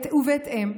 ובהתאם,